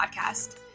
Podcast